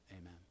Amen